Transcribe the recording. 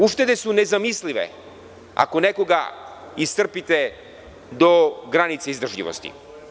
Uštede su nezamislive ako nekoga iscrpite do granice izdržljivosti.